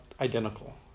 identical